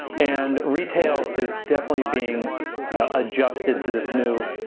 and retail is definitely being adjusted to this new,